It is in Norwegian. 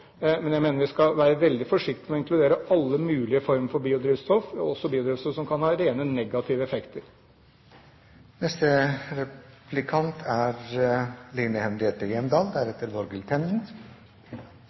men jeg mener at vi skal være veldig forsiktig med å inkludere alle mulige former for biodrivstoff. Det er også biodrivstoff som kan ha rene negative effekter.